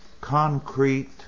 concrete